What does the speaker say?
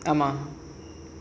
ஆமா:aamaa